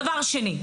דבר שני.